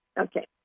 Okay